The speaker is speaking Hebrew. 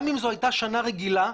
גם אם זו הייתה שנה רגילה,